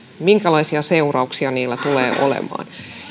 minkälaisia seurauksia niillä tulee olemaan